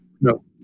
No